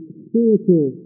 spiritual